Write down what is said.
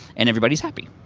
and everybody's happy.